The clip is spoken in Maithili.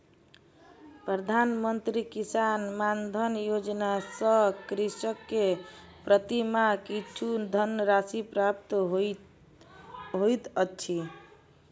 प्रधान मंत्री किसान मानधन योजना सॅ कृषक के प्रति माह किछु धनराशि प्राप्त होइत अछि